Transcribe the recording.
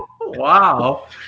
Wow